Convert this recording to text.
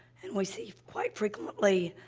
and we see, quite frequently,